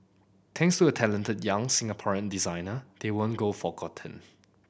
thanks to a talented young Singaporean designer they won't go forgotten